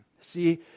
See